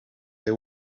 they